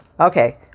Okay